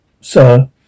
sir